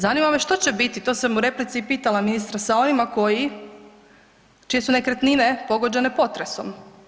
Zanima me što će biti, to sam u replici i pitala ministra, sa onima koji, čije su nekretnine pogođene potresom?